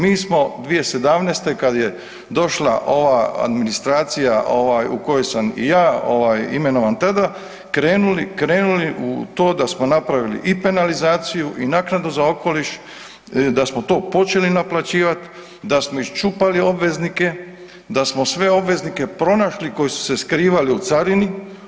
Mi smo 2017. kada je došla ova administracija u kojoj sam i ja imenovan tada krenuli u to da smo napravili i penalizaciju i naknadu za okoliš, da smo to počeli naplaćivati, da smo iščupali obveznike, da smo sve obveznike pronašli koji su se skrivali u carini.